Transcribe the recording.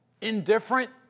indifferent